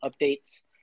updates